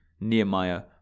Nehemiah